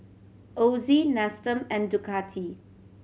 Ozi Nestum and Ducati